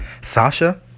Sasha